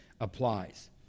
applies